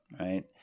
Right